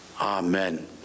Amen